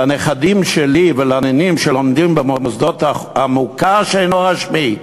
הנכדים שלי והנינים שלומדים במוסדות המוכר שאינו רשמי,